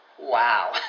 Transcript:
Wow